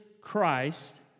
Christ